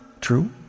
True